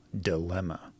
dilemma